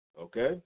okay